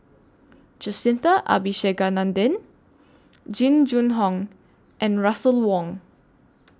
Jacintha Abisheganaden Jing Jun Hong and Russel Wong